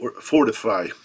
fortify